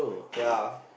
ya